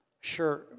Sure